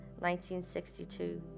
1962